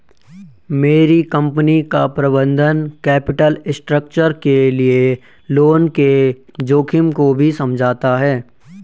मेरी कंपनी का प्रबंधन कैपिटल स्ट्रक्चर के लिए लोन के जोखिम को भी समझता है